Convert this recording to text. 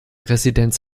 residenz